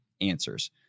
answers